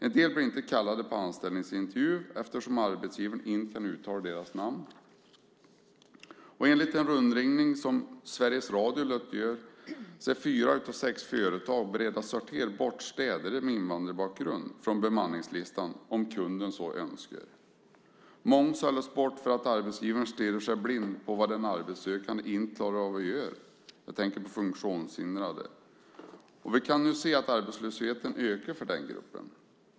En del blir inte kallade till anställningsintervju eftersom arbetsgivaren inte kan uttala deras namn. Enligt den rundringning som Sveriges Radio gjorde är fyra av sex företag beredda att sortera bort städare med invandrarbakgrund från bemanningslistan om kunden så önskar. Många sållas bort för att arbetsgivaren stirrar sig blind på vad den arbetssökande inte klarar av att göra. Jag tänker på de funktionshindrade, och vi kan se att arbetslösheten nu ökar i den gruppen.